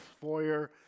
foyer